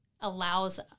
allows